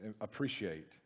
appreciate